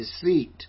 deceit